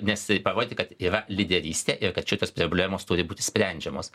nes parodyti kad yra lyderystė ir kad šitos problemos turi būti sprendžiamos